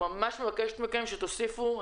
שתוסיפו.